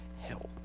help